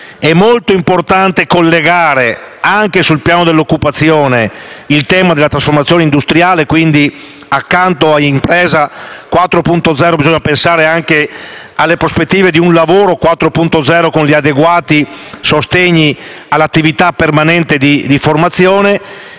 È molto importante collegare, anche sul piano dell'occupazione, il tema della trasformazione industriale. Quindi, accanto a impresa 4.0 bisogna pensare anche alle prospettive di un lavoro 4.0, con gli adeguati sostegni all'attività permanente di formazione.